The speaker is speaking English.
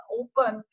open